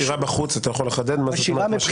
משאירה בחוץ, אתה יכול לחדד מה זה אומר?